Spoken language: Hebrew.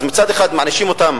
אז מצד אחד מענישים אותן